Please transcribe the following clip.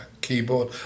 keyboard